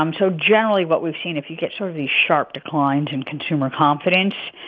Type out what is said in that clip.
um so generally, what we've seen, if you get sort of these sharp declines in consumer confidence,